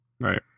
Right